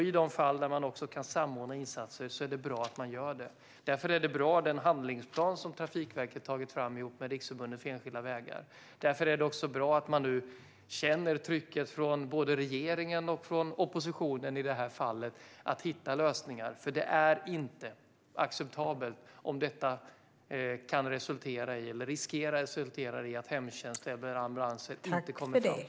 I de fall där man också kan samordna insatser är det bra att man gör det. Därför är det bra med den handlingsplan som Trafikverket har tagit fram med Riksförbundet Enskilda Vägar. Därför är det bra att man nu känner trycket från både regeringen och oppositionen att hitta lösningar, för det är inte acceptabelt om detta riskerar att resultera i att hemtjänst och ambulans inte kommer fram.